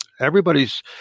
Everybody's